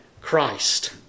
Christ